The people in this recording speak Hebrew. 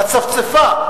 הצפצפה,